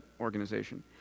organization